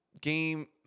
game